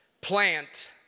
plant